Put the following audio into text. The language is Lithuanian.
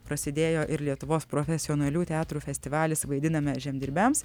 prasidėjo ir lietuvos profesionalių teatrų festivalis vaidiname žemdirbiams